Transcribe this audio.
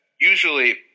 usually